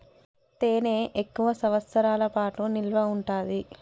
తేనె ఎక్కువ సంవత్సరాల పాటు నిల్వ ఉంటాది